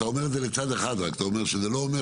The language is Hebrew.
אני גם שואל